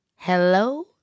Hello